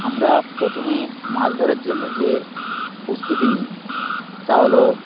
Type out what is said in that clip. আমরা প্রথমে মাছ ধরার জন্য যে প্রস্তুতি নিই তা হলো